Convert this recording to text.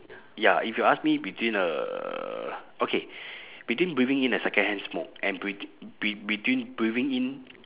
ya if you ask me between uh okay between breathing in a secondhand smoke and betwe~ be~ between breathing in